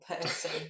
person